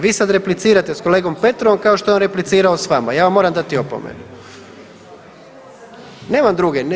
Vi sad replicirate s kolegom Petrovom kao što je on replicirao s vama, ja vam moram dati opomenu nemam druge.